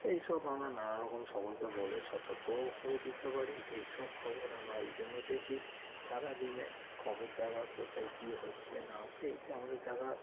এই সব আমরা নানারকম সকলকে বলে সতর্কও করে দিতে পারি এই সব খবর আমরা ওই জন্য দেখি সারাদিনে খবর দেখা কোথায় কী হচ্ছে না হচ্ছে এগুলো আমাদের দেখার